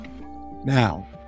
Now